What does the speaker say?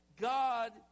God